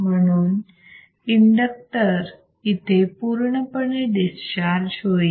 म्हणून इंडक्टर इथे पूर्णपणे डिस्चार्ज होईल